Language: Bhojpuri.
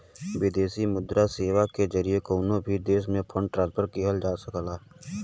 विदेशी मुद्रा सेवा के जरिए कउनो भी देश में फंड ट्रांसफर किहल जा सकला